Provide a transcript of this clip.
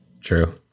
True